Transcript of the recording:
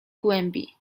głębi